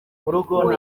ngo